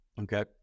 Okay